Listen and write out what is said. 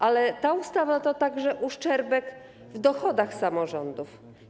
Ale ta ustawa to także uszczerbek w dochodach samorządów.